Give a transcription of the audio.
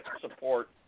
support